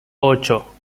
ocho